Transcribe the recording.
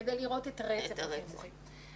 כדי לראות את הרצף החינוכי.